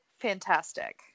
fantastic